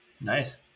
Nice